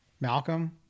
Malcolm